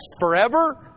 forever